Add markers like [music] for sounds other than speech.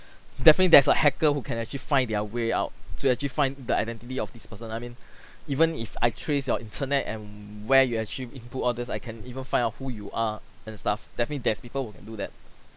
definitely there's a hacker who can actually find their way out to actually find the identity of this person I mean [breath] even if I trace your internet and where you actually input all this I can even find out who you are and stuff definitely there's people who can do that